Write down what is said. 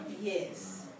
Yes